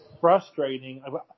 frustrating